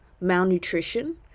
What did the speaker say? malnutrition